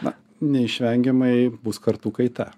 na neišvengiamai bus kartų kaita